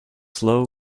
slow